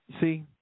see